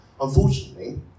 Unfortunately